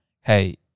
hey